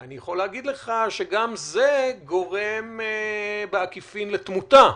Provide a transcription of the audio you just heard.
אני יכול להגיד לך שגם זה גורם בעקיפין לתמותה.